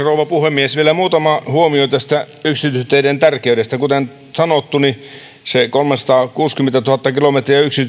rouva puhemies vielä muutama huomio tästä yksityisteiden tärkeydestä kuten sanottu se kolmesataakuusikymmentätuhatta kilometriä